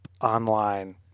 online